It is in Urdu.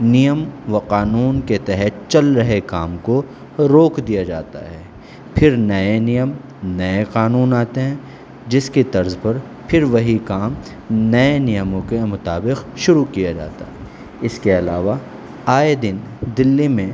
نیم و قانون کے تحت چل رہے کام کو روک دیا جاتا ہے پھر نئے نیم نئے قانون آتے ہیں جس کی طرز پر پھر وہی کام نئے نیموں کے مطابق شروع کیا جاتا ہے اس کے علاوہ آئے دن دہلی میں